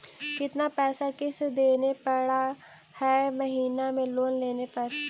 कितना पैसा किस्त देने पड़ है महीना में लोन लेने पर?